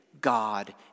God